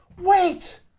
wait